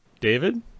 David